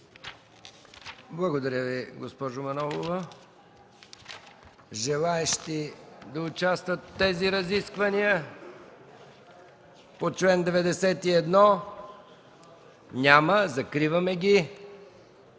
Благодаря Ви, госпожо Манолова. Желаещи да участват в тези разисквания по чл. 91? Няма. Закриваме